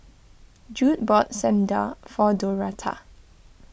Jude bought Samdar for Doretta